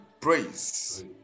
Praise